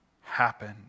happen